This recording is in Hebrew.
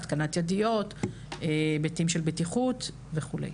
התקנת ידיות בהיבטים של בטיחות וכדומה.